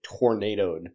tornadoed